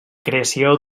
creació